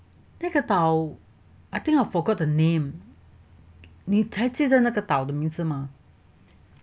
那个岛 I think I forgot the name 你还记得那个岛的名字吗